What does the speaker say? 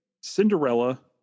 Cinderella